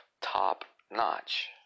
top-notch